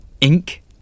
Ink